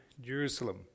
Jerusalem